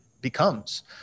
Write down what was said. becomes